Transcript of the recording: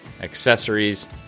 accessories